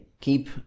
Keep